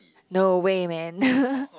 no way man